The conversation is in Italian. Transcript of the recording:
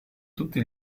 tutti